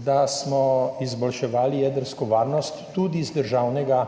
da smo izboljševali jedrsko varnost tudi z državnega